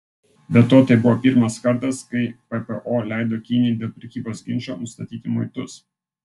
be to tai buvo pirmas kartas kai ppo leido kinijai dėl prekybos ginčo nustatyti muitus